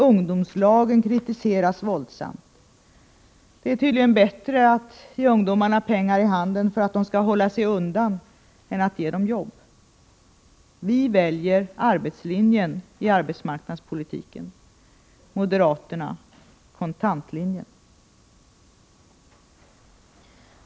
Ungdomslagen kritiseras våldsamt. Det är tydligen bättre att ge ungdomarna pengar i handen för att de skall hålla sig undan än att ge dem jobb. Vi väljer arbetslinjen i arbetsmarknadspolitiken, moderaterna kontantlinjen.